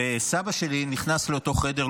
סבא שלי נכנס לאותו חדר,